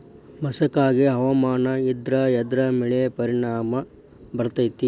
ಮಸಕಾಗಿ ಹವಾಮಾನ ಇದ್ರ ಎದ್ರ ಮೇಲೆ ಪರಿಣಾಮ ಬಿರತೇತಿ?